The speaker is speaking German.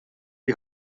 die